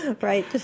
Right